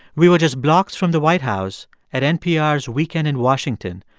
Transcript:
we were just blocks from the white house at npr's weekend in washington,